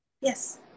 Yes